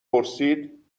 پرسید